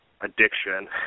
addiction